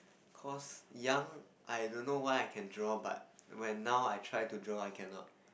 cause young I don't know why I can draw but when now I try to draw I cannot